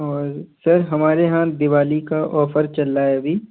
और सर हमारे यहाँ दिवाली का ऑफर चल रहा है अभी